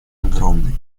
огромны